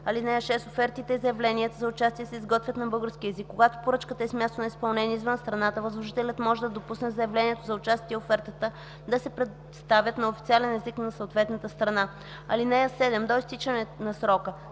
условия. (6) Офертите и заявленията за участие се изготвят на български език. Когато поръчката е с място на изпълнение извън страната, възложителят може да допусне заявлението за участие и офертата да се представят на официален език на съответната страна. (7) До изтичането на срока